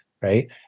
right